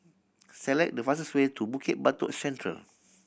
select the fastest way to Bukit Batok Central